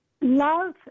Love